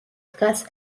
დგას